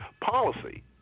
policy